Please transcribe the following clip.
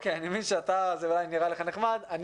אני מבין שזה אולי נראה לך נחמד, אנדרי.